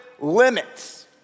limits